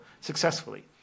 successfully